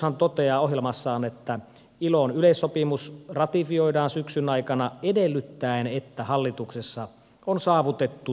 hallitushan toteaa ohjelmassaan että ilon yleissopimus ratifioidaan syksyn aikana edellyttäen että hallituksessa on saavutettu saamelaismääritelmästä yhteisymmärrys